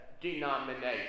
denomination